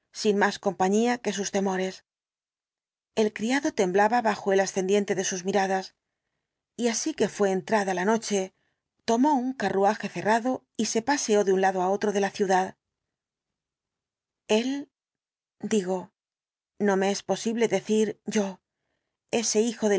sin más compañía que sus temores el criado temblaba bajo el ascendiente de sus miradas y así que fué entrada el dr jekyll la noche tomó un carruaje cerrado y se paseó de un lado á otro por la ciudad él digo no me es posible decir yo ese hijo del